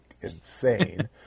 insane